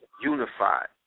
unified